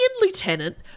lieutenant